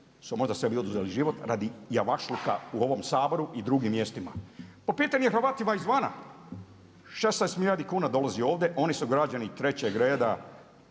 su možda sebi oduzeli život radi javašluka u ovom Saboru i drugim mjestima. Po pitanju o Hrvatima iz vana, 16 milijardi kuna dolazi ovdje, oni su građani 3. reda,